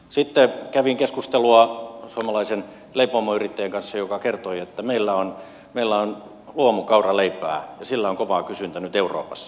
sitten kävin keskustelua suomalaisen leipomoyrittäjän kanssa joka kertoi että meillä on luomukauraleipää ja sillä on kova kysyntä nyt euroopassa